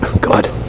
God